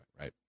right